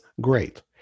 Great